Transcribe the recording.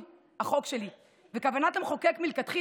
נגד נפתלי בנט,